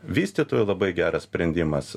vystytojui labai geras sprendimas